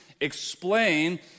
explain